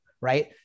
right